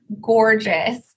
gorgeous